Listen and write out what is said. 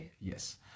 Yes